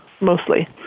mostly